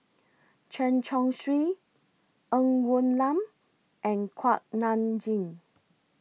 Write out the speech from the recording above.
Chen Chong Swee Ng Woon Lam and Kuak Nam Jin